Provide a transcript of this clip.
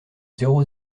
zéro